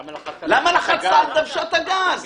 למה לחצת על דוושת הגז?